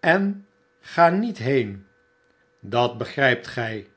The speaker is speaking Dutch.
en ga niet heen dat begrijpt gij